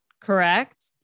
Correct